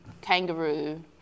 kangaroo